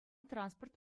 транспорт